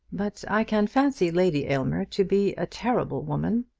but i can fancy lady aylmer to be a terrible woman.